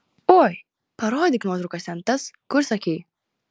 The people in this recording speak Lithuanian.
oi parodyk nuotraukas ten tas kur sakei